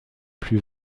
plus